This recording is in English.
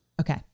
Okay